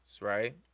right